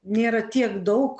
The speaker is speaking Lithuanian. nėra tiek daug